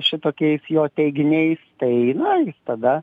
šitokiais jo teiginiais tai na jis tada